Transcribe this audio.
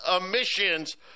emissions